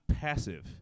passive